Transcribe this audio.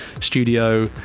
studio